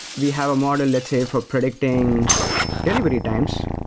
we have a model, let's say, for predicting delivery times.